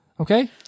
Okay